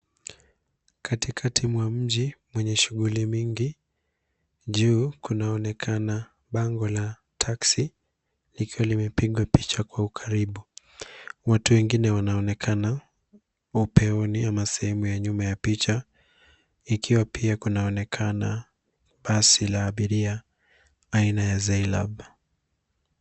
Katikati mwa mji mwenye shughuli mingi juu kunaonekana bango la taxi nikiwa limepigwa picha kwa ukaribu, watu wengine wanaonekana upeuni ya sehemu ya nyuma ya picha ikiwa pia kunaonekana basi la abiria aina ya Zainab.